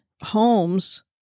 homes